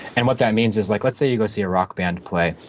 and what that means is, like let's say you go see a rock band play.